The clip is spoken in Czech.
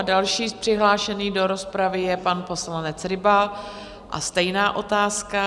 Další přihlášený do rozpravy je pan poslanec Ryba, a stejná otázka?